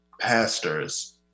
Pastors